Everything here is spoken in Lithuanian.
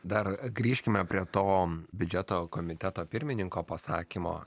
dar grįžkime prie to biudžeto komiteto pirmininko pasakymo